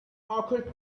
occurred